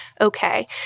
okay